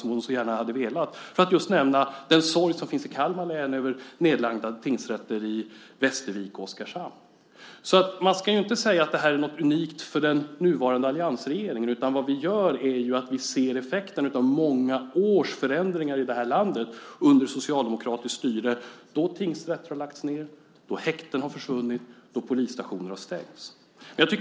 Det hade hon gärna velat för att nämna den sorg som finns i Kalmar län över nedlagda tingsrätter i Västervik och Oskarshamn. Man ska inte säga att det här är något unikt för den nuvarande alliansregeringen. Vi ser effekten av många års förändringar i det här landet under socialdemokratiskt styre då tingsrätter har lagts ned, häkten försvunnit och polisstationer stängts.